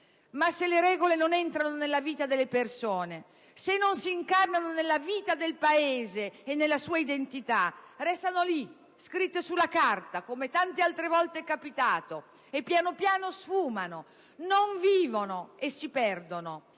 Se le regole non entrano nella vita delle persone, se non si incarnano nella vita del Paese e nella sua identità, restano scritte sulla carta, come tante altre volte è accaduto, e piano piano sfumano, non vivono e si perdono,